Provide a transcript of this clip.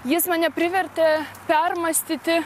jis mane privertė permąstyti